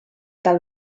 tal